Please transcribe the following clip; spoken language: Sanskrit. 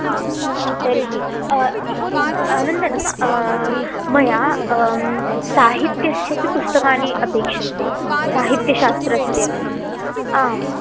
आं तर्हि अनन्तरं मया साहित्यस्यपि पुस्तकानि अपेक्षन्ते साहित्यशास्त्रस्य आम्